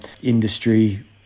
industry